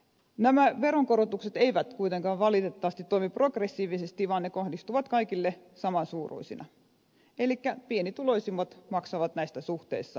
nämä veronkorotukset eivät kuitenkaan valitettavasti toimi progressiivisesti vaan ne kohdistuvat kaikille samansuuruisina elikkä pienituloisimmat maksavat näitä suhteessa eniten